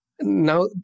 now